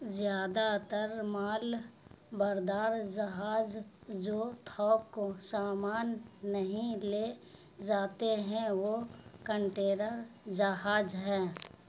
زیادہ تر مال بردار جہاز جو تھوک سامان نہیں لے جاتے ہیں وہ کنٹینر جہاز ہیں